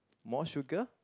more sugar